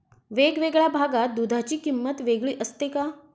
वेगवेगळ्या भागात दूधाची किंमत वेगळी असते का?